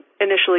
initially